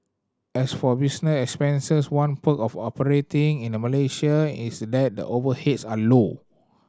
as for business expenses one perk of operating in Malaysia is that the overheads are low